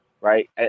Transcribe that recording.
right